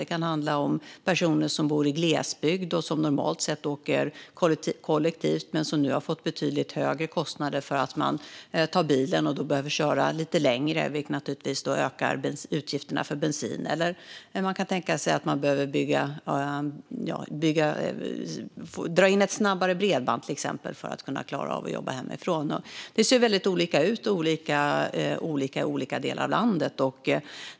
Det kan handla om att personer som bor i glesbygd och normalt sett åker kollektivt nu har fått betydligt högre kostnader för att de tar bilen och då behöver köra lite längre, vilket naturligtvis ökar utgifterna för bensin. Man kan tänka sig att det också kan handla om att dra in snabbare bredband för att klara av att jobba hemifrån. Det ser väldigt olika ut i olika delar av landet.